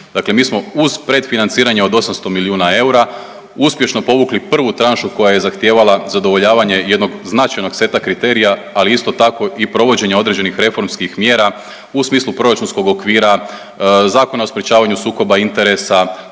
Dakle, mi smo uz pred financiranje od 800 milijuna eura uspješno povukli prvu tranšu koja je zahtijevala zadovoljavanje jednog značajnog seta kriterija, ali isto tako i provođenja određenih reformskih mjera u smislu proračunskog okvira, Zakona o sprečavanju sukoba interesa.